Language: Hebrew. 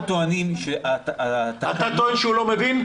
אנחנו טוענים ש --- אתה טוען שהוא לא מבין?